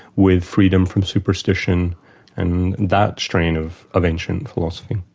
with freedom from superstition and that strain of of ancient philosophy.